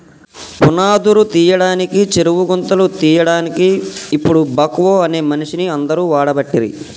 పునాదురు తీయడానికి చెరువు గుంతలు తీయడాన్కి ఇపుడు బాక్వో అనే మిషిన్ని అందరు వాడబట్టిరి